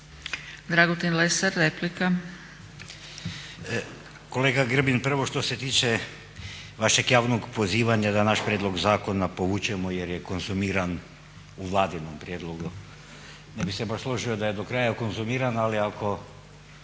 Dragutin Lesar, replika.